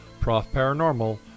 profparanormal